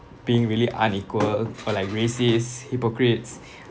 being really unequal or like racist hypocrites